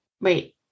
wait